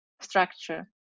structure